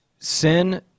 sin